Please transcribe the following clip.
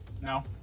No